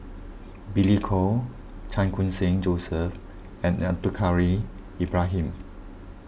Billy Koh Chan Khun Sing Joseph and Abdul curry Ibrahim